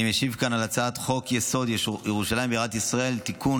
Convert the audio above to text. אני משיב כאן על הצעת חוק-יסוד: ירושלים בירת ישראל (תיקון,